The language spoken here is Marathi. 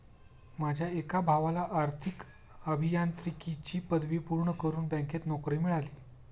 माझ्या एका भावाला आर्थिक अभियांत्रिकीची पदवी पूर्ण करून बँकेत नोकरी मिळाली आहे